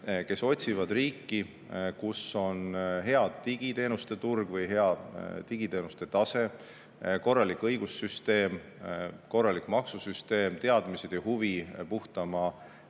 kes otsivad riiki, kus on hea digiteenuste turg või hea digiteenuste tase, korralik õigussüsteem, korralik maksusüsteem, teadmised ja huvi puhtamat